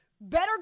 better